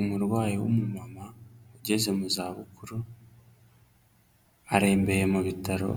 Umurwayi w'umumama ugeze mu zabukuru, arembeye mu bitaro,